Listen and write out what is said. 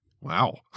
wow